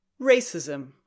Racism